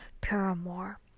Paramore